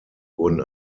wurden